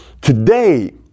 Today